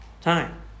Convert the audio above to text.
time